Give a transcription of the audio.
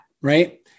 right